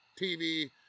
TV